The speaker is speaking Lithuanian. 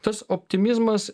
tas optimizmas